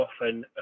often